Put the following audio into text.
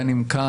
בין אם כאן,